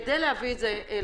כדי להביא את זה למבחן.